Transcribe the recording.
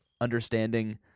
understanding